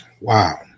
Wow